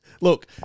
Look